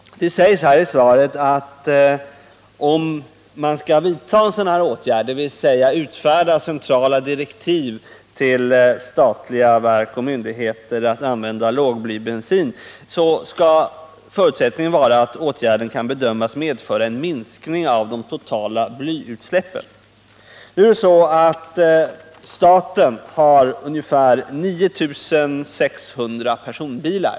Det sägs i svaret, att om man skall vidta en sådan här åtgärd, dvs. utfärda centrala direktiv till statliga verk och myndigheter att använda lågblybensin, skall förutsättningen vara att åtgärden kan bedömas medföra en minskning av de totala blyutsläppen. Staten har ungefär 9 600 personbilar.